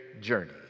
journey